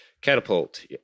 Catapult